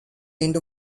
into